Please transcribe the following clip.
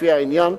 לפי העניין,